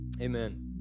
amen